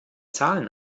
zahlen